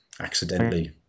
accidentally